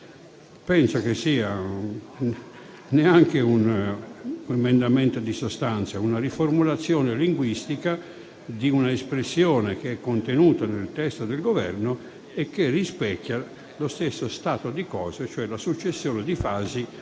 Penso che sia un emendamento neanche di sostanza, ma la riformulazione linguistica di un'espressione contenuta nel testo del Governo, che rispecchia lo stesso stato di cose, cioè la successione di fasi